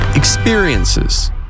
Experiences